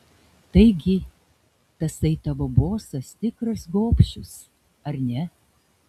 taigi tasai tavo bosas tikras gobšius ar ne